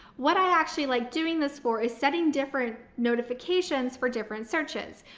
what i actually like doing this for is setting different notifications for different searches.